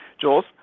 Jules